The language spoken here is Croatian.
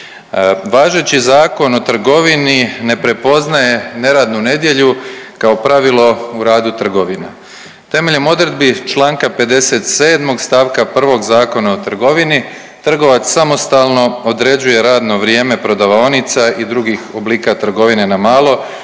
Važeći Zakon o trgovini ne prepoznaje neradnu nedjelju kao pravilo u radu trgovina. Temeljem odredbi čl. 57. st. 1. Zakona o trgovini trgovac samostalno određuje radno vrijeme prodavaonica i drugih oblika trgovina na malo